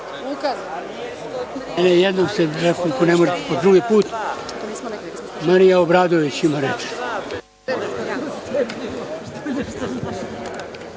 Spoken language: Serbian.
ne može po drugi put. Marija Obradović ima reč.